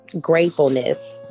gratefulness